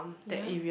ya